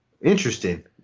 interesting